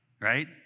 right